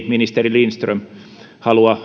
ministeri lindström ei halua